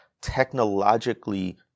technologically